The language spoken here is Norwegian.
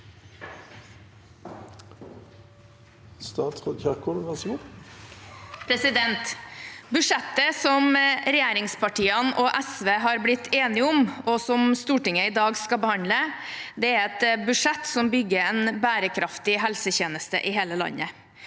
Budsjettet som regjeringspartiene og SV har blitt enige om, og som Stortinget i dag skal behandle, er et budsjett som bygger en bærekraftig helsetjeneste i hele landet.